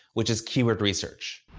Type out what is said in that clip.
which is keyword research.